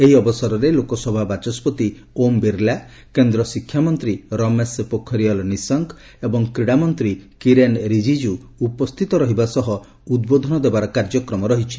ଏହିଅବସରରେ ଲୋକସଭା ବାଚସ୍କତି ଓମ୍ ବିର୍ଲା କେନ୍ଦ୍ର ଶିକ୍ଷାମନ୍ତ୍ରୀ ରମେଶ ପୋଖରିଆଲ ନିଶଙ୍କ ଏବଂ କ୍ରୀଡାମନ୍ତ୍ରୀ କିରେଣ ରିଜିଜ୍ଞ ଉପସ୍ଥିତ ରହିବା ସହ ଉଦ୍ବୋଧନ ଦେବାର କାର୍ଯ୍ୟକ୍ରମ ରହିଛି